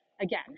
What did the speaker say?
again